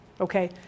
Okay